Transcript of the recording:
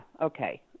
Okay